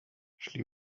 szli